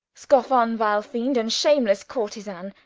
scoffe on vile fiend, and shamelesse curtizan,